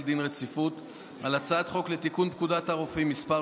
דין רציפות על הצעת חוק לתיקון פקודת הרופאים (מס'